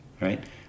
right